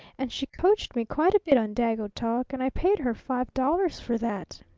and she coached me quite a bit on dago talk, and i paid her five dollars for that.